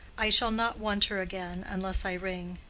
i shall not want her again, unless i ring.